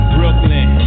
Brooklyn